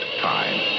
time